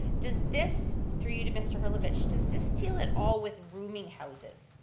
does this three to mr. herlovich, does this deal at all with rooming houses?